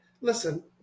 Listen